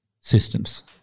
systems